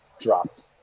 dropped